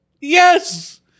Yes